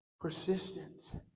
Persistence